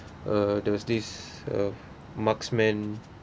uh there's this uh marksmen